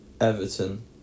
Everton